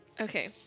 Okay